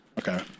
Okay